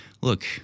look